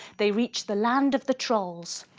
they reach the land of the trolls.